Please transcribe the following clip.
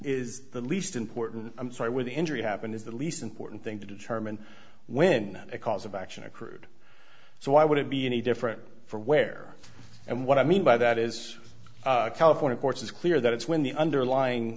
is the least important i'm sorry where the injury happened is the least important thing to determine when a cause of action occurred so why would it be any different for wear and what i mean by that is california courts it's clear that it's when the underlying